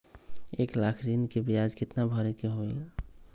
एक लाख ऋन के ब्याज केतना भरे के होई?